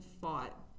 fought